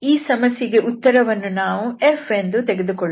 ಈ ಸಮಸ್ಯೆಯ ಉತ್ತರವನ್ನು ನಾವು f ಎಂದು ತೆಗೆದುಕೊಳ್ಳೋ ಣ